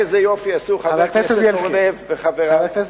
איזה יופי עשו חבר הכנסת אורלב וחבר הכנסת,